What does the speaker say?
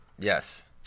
Yes